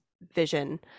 vision